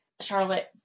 charlotte